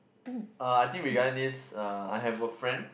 uh I think regarding this uh I have a friend